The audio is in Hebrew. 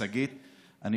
שגית היא בחירה טבעית.